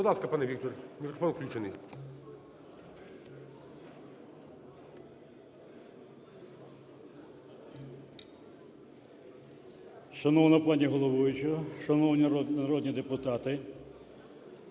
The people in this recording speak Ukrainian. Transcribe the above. Будь ласка, пане Віктор, мікрофон включений.